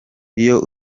iyo